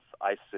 ISIS